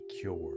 cured